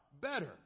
better